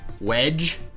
wedge